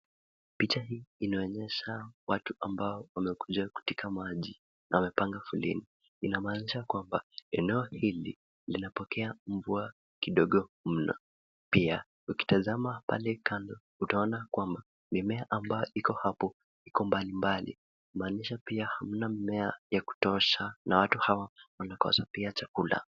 Picha hii inaonyesha watu ambao wamekuja kuteka maji na wamepanga foleni, inamanisha kwamba eneo hili linapokea mvua kidogo mno pia ukitazama pale kando utaona kwamba mimmea ambao iko hapo iko mbalimbali kumanisha pia hamna mimea ya kutosha na watu hawa wanakosa pia chakula.